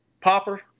popper